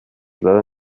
leider